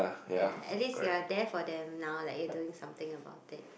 ya at least you are there for them now like you are doing something about it